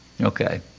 Okay